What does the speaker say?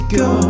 go